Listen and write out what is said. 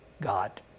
God